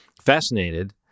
fascinated